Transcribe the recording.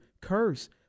curse